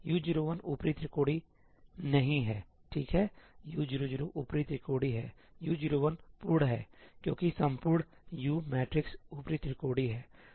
U01 ऊपरी त्रिकोणीय नहीं है ठीक हैU00 ऊपरी त्रिकोणीय है U01 पूर्ण सही है क्योंकि संपूर्ण U मैट्रिक्स ऊपरी त्रिकोणीय है